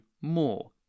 more